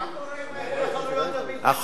מה קורה עם ההתנחלויות הבלתי-חוקיות?